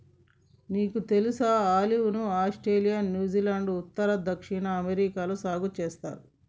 నీకు తెలుసా ఆలివ్ ను ఆస్ట్రేలియా, న్యూజిలాండ్, ఉత్తర, దక్షిణ అమెరికాలలో సాగు సేస్తారు